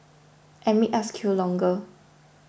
and make us queue longer